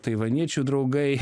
taivaniečių draugai